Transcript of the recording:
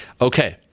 Okay